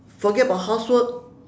forget about housework